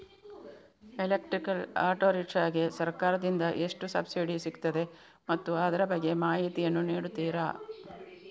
Electrical auto rickshaw ಗೆ ಸರ್ಕಾರ ದಿಂದ ಎಷ್ಟು ಸಬ್ಸಿಡಿ ಸಿಗುತ್ತದೆ ಮತ್ತು ಅದರ ಬಗ್ಗೆ ಮಾಹಿತಿ ಯನ್ನು ನೀಡುತೀರಾ?